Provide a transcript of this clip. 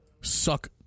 suck